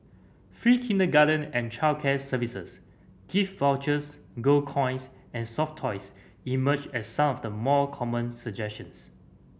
free kindergarten and childcare services gift vouchers gold coins and soft toys emerged as some of the more common suggestions